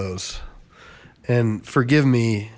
those and forgive me